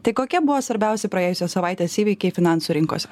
tai kokie buvo svarbiausi praėjusios savaitės įvykiai finansų rinkose